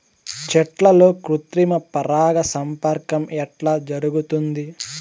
చెట్లల్లో కృత్రిమ పరాగ సంపర్కం ఎట్లా జరుగుతుంది?